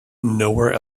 nowhere